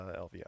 LVO